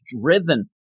driven